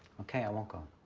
okay, i won't go.